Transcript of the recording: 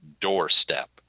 doorstep